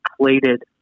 plated